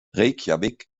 reykjavík